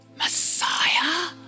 Messiah